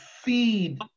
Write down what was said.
feed